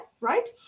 right